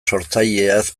sortzaileaz